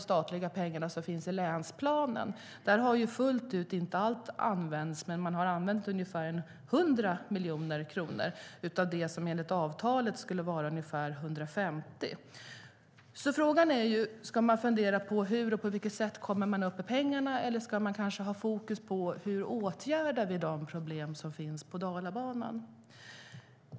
Här har allt inte använts, utan man har använt ungefär 100 miljoner kronor av det som enligt avtalet skulle vara ungefär 150 miljoner kronor. Frågan är om vi ska fundera på hur vi kommer upp i pengarna eller om fokus ska vara på hur vi åtgärdar de problem som finns på Dalabanan.